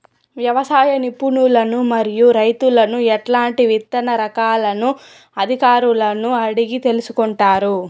వ్యవసాయ నిపుణులను మరియు రైతులను ఎట్లాంటి విత్తన రకాలను అధికారులను అడిగి తెలుసుకొంటారు?